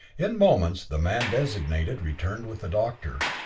in moments the man designated returned with the doctor,